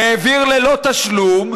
העביר ללא תשלום,